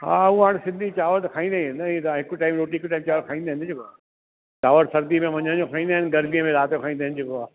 हा उहा हाणे सिंधी चांवरु खाईंदा ई आहिनि न हिकु टाइम रोटी हिकु टाइम चांवरु खाईंदा आहिनि जेको आहे चांवरु सर्दी में मंझंदि जो खाईंदा आहिनि गर्दीअ में राति जो खाईंदा आहिनि जेको आहे